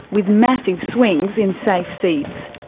with massive swings in safe seats,